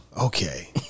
Okay